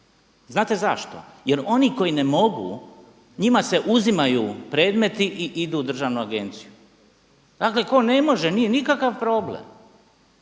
Znate zašto? Jer oni koji ne mogu njima se uzimaju predmeti i idu u državnu agenciju. Dakle tko ne može nije nikakav problem,